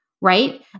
right